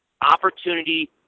opportunity